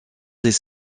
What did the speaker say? des